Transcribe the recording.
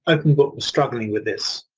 openbook was struggling with this.